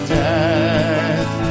death